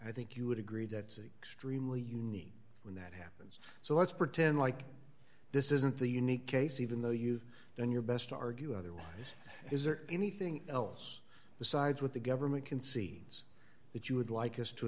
i think you would agree that extremely unique when that happens so let's pretend like this isn't the unique case even though you've done your best to argue otherwise is there anything else besides what the government concedes that you would like us to